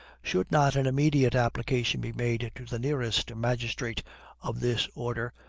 should not an immediate application be made to the nearest magistrate of this order,